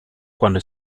cuando